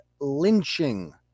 lynching